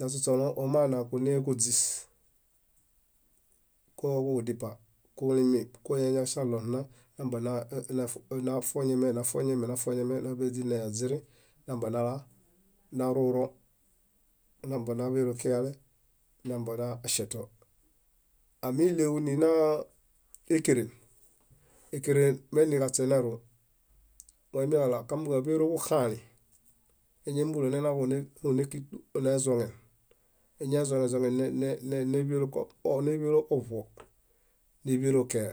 yasośoloŋ omaana kunekoźis koġudipa kulimi konañasalo ɭã nambonafioŋemia nafioŋemia náḃeźineoźĩri nambienafiro, narũro nambie náḃelokiale naŝieto. Amiɭeġunina ékeren, ékeren meini kaśenerũ moimi kalo, kamaġaḃeero kuxaalin, eñambolo nenakiġune kiġi nezuoŋen eñazuoŋezoŋen néḃeġaḃuo, néḃelo kee.